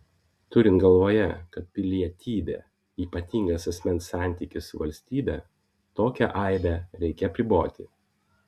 turint galvoje kad pilietybė ypatingas asmens santykis su valstybe tokią aibę reikia apriboti